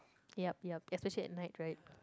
yup yup especially at night right